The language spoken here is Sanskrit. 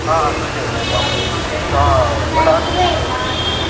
आ सूचयतु अहं श्वः वदामि तस्य ते मम